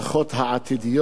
אני מקווה שלא נשתמש.